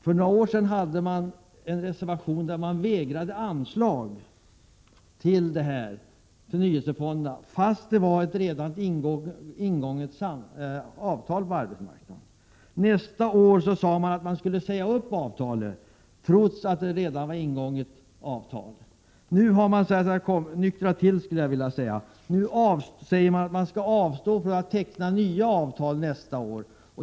För några år sedan hade de borgerliga en reservation, där de vägrade att ge anslag till förnyelsefonderna fastän det fanns ett redan ingånget avtal på arbetsmarknaden. Nästa år sade de borgerliga att avtalet skulle sägas upp trots att det redan var ingånget. Nu har de borgerliga nyktrat till och säger att vi skall avstå från att teckna nya avtal nästa år.